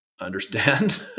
Understand